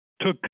took